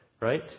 Right